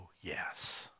yes